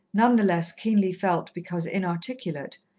none the less keenly felt because inarticulate,